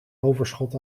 overschot